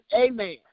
amen